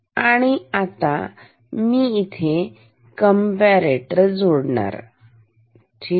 आणिआता मी इथे हे कॅम्पारेटर जोडतोठीक